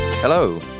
Hello